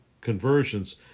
conversions